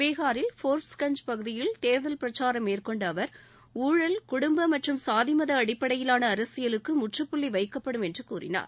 பீகாரில் போர்ப்ஸ்கஞ்ச் பகுதியில் தேர்தல் பிரச்சாரம் மேற்கொண்ட அவர் ஊழல் குடும்பம் மற்றும் சாதிமத அடிப்படையிலான அரசியலுக்கு முற்றப்புள்ளி வைக்கப்படும் என்று கூறினார்